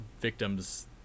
victims